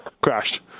crashed